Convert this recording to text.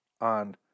on